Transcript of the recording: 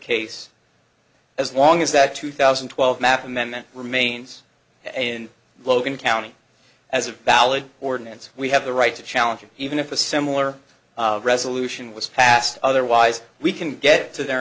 case as long as that two thousand and twelve map amendment remains in logan county as a valid ordinance we have the right to challenge it even if a similar resolution was passed otherwise we can get to their